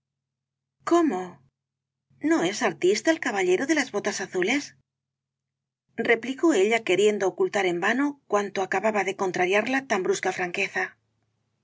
cómo no es artista el caballero de las botas azules replicó ella queriendo ocultar en vano cuánto acababa de contrariarla tan brusca franqueza